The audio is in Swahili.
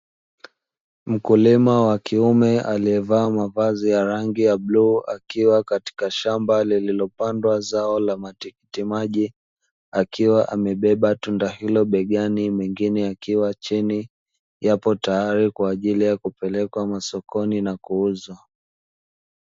Mkulima wa kiume aliyevaa mavazi ya rangi ya bluu, akiwa katika shamba lililopandwa zao la matikiti maji, akiwa amebeba tuna hilo begani mengine yakiwa yapo chini yapo tayari kwa ajili ya kupelekwa masokoni na kuuzwa.